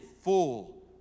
full